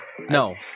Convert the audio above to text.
No